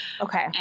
Okay